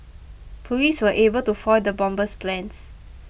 police were able to foil the bomber's plans